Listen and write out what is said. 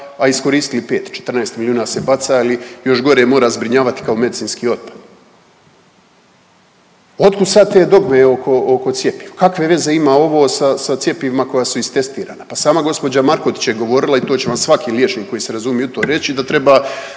a iskoristili 5, 14 milijuna se baca ili još gore, mora zbrinjavati kao medicinski otpad, otkud sad te dogme oko, oko cjepiva, kakve veze ima ovo sa, sa cjepivima koja su istestirana? Pa sama gđa. Markotić je govorila i to će vam svaki liječnik koji se razumije u to reći da treba